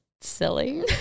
silly